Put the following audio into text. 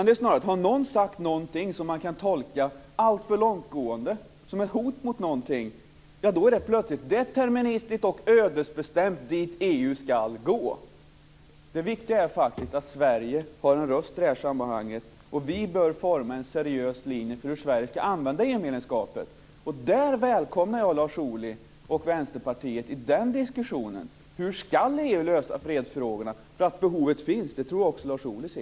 Det är snarare så att om någon har sagt någonting som man kan tolka alltför långtgående som ett hot mot någonting, då är det plötsligt deterministiskt och ödesbestämt dit EU ska gå. Det viktiga är faktiskt att Sverige har en röst i detta sammanhang. Och vi bör forma en seriös linje för hur Sverige ska använda EU medlemskapet. Och där välkomnar jag Lars Ohly och Vänsterpartiet i den diskussionen. Hur ska EU lösa fredsfrågorna? Att behovet finns tror jag att också